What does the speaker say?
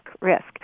Risk